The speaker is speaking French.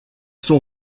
sont